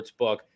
Sportsbook